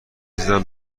زدم